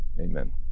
amen